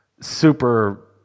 super